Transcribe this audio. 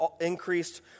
increased